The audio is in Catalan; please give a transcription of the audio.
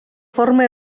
forma